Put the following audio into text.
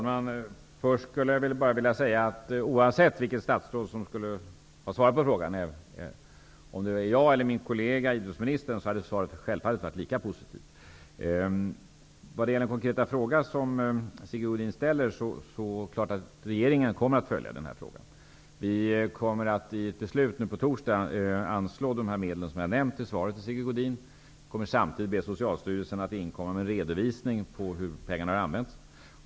Herr talman! Låt mig först säga att oavsett vilket statsråd som skulle ha svarat på frågan, om det var jag eller min kollega idrottsministern, hade svaret självfallet varit lika positivt. När det gäller den konkreta fråga som Sigge Godin ställer, är det klart att regeringen kommer att följa det här ärendet. I ett beslut nu på torsdag kommer vi att anslå de medel som jag nämnde i svaret till Sigge Godin. Vi kommer samtidigt att be Socialstyrelsen att inkomma med en redovisning för hur pengarna används.